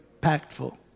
impactful